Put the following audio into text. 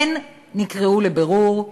כן נקראו לבירור,